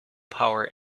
power